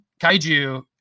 kaiju